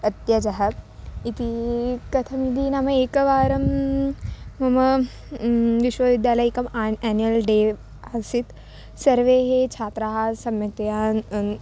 अत्यन्तम् इति कथम् इति नाम एकवारं मम विश्वविद्यालयके आन् यान्युल् डे आसीत् सर्वे ये छात्राः सम्यक्तया आसन् आसन्